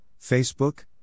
Facebook